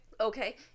Okay